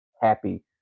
happy